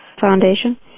Foundation